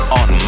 on